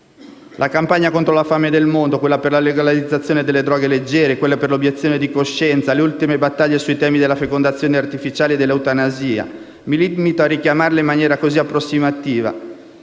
La campagna contro la fame nel mondo, quella per la legalizzazione delle droghe leggere, quella per l'obiezione di coscienza, le ultime battaglie sui temi della fecondazione artificiale e dell'eutanasia: mi limito a richiamarli in maniera così approssimativa